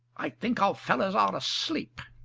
i think our fellows are asleep.